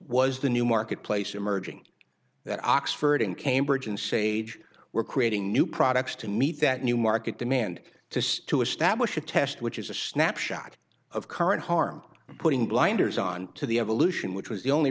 was the new marketplace emerging that oxford and cambridge and say we're creating new products to meet that new market demand to to establish a test which is a snapshot of current harm putting blinders on to the evolution which was the only